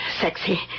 sexy